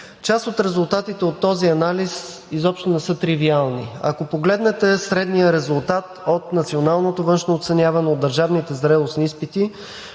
Част от резултатите от този анализ изобщо не са тривиални. Ако погледнете средния резултат от националното външно оценяване, от държавните зрелостни изпити,